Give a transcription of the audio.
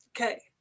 Okay